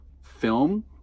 film